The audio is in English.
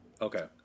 Okay